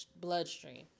bloodstream